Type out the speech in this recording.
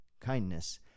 kindness